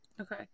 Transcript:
Okay